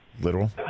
Literal